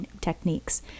techniques